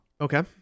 Okay